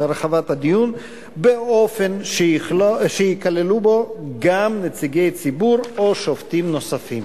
הרחבת הדיון באופן שייכללו בו גם נציגי ציבור או שופטים נוספים.